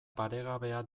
paregabea